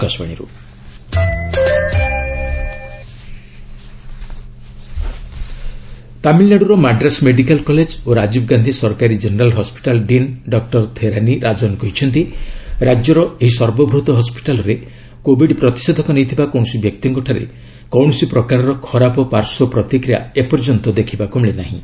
Covid vaccine safety ତାମିଲନାଡୁର Madras medical ଓ ରାଜୀବ ଗାନ୍ଧି ସରକାରୀ general hospital dean doctor Theranirajan କହିଛନ୍ତି ରାଜ୍ୟର ଏହି ସର୍ବବୃହତ ହସ୍କିଟାଲରେ କୋବିଡ୍ ପ୍ରତିଷେଧକ ନେଇଥିବା କୌଣସି ବ୍ୟକ୍ତିଙ୍କଠାରେ କୌଣସି ପ୍ରକାରର ଖରାପ ପାର୍ଶ୍ୱ ପ୍ରତିକ୍ରିୟା ଏ ପର୍ଯ୍ୟନ୍ତ ଦେଖିବାକୁ ମିଳିନାହିଁ